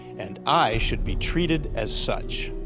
and i should be treated as such.